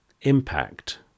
impact